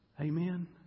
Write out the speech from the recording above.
Amen